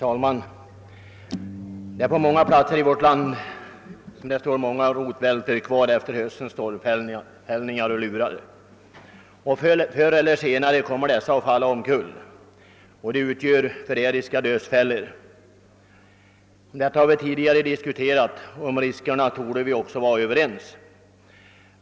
Herr talman! På många platser i värt land står rotvältorna kvar och lurar efter höstens stormfällningar. Förr eller senare kommer de att falla omkull. De utgör förrädiska dödsfällor. Detta har vi tidigare diskuterat, och om riskerna torde vi vara överens.